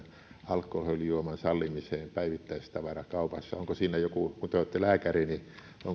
alkoholijuoman sallimiseksi päivittäistavarakaupassa kun te olette lääkäri niin onko